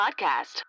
podcast